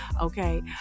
okay